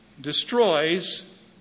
destroys